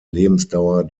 lebensdauer